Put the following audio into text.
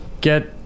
get